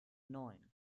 neun